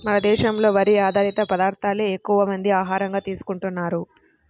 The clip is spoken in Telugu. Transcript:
మన దేశంలో వరి ఆధారిత పదార్దాలే ఎక్కువమంది ఆహారంగా తీసుకుంటన్నారు